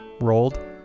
rolled